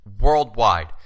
Worldwide